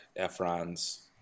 Efron's